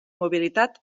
mobilitat